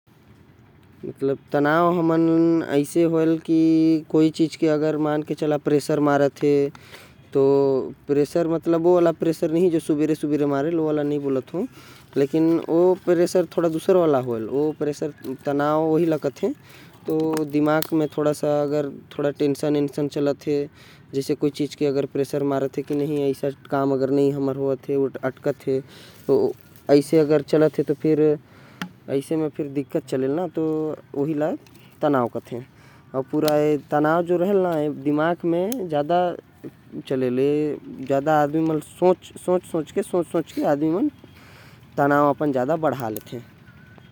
तनाव ओल कहते जो प्रेशर मारेल ओ हर नही जो सुबह सुबह मारेल। ऐ हर दिमाग में मारेल ज्यादा सोच सोच के आदमी। हर हमेशा टेंशन रखेल रखेल दिमाग में जो ओकर बर प्रेशर कथे। ऐ हर स्वस्थ बर ठीक नही होथे एकरे बर एकर से दूर रहे के चाहि।